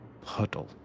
puddle